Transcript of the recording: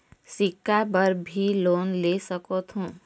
सिक्छा बर भी लोन ले सकथों?